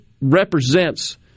represents